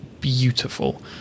beautiful